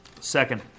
Second